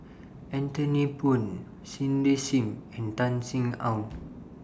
Anthony Poon Cindy SIM and Tan Sin Aun